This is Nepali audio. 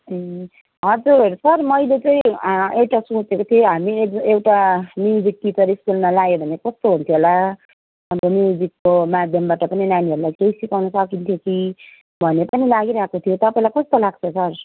ए हजुर सर मैले चाहिँ एउटा सोचेको थिएँ हामीले एउटा म्युजिक टिचर स्कुलमा लायो भने कस्तो हुन्थ्यो होला अब म्युजिकको माध्यमबाट पनि नानीहरूलाई केही सिकाउन सकिन्थ्यो कि भन्ने पनि लागिरहेको थियो तपाईँलाई कस्तो लाग्छ सर